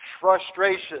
frustration